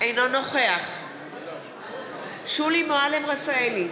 אינו נוכח שולי מועלם-רפאלי,